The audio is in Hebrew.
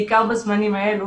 בעיקר בזמנים האלה,